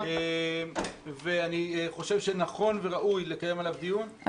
אני חושב שנכון וראוי לקיים עליו דיון.